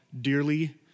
dearly